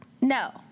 No